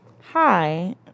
Hi